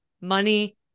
money